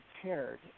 prepared